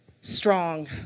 strong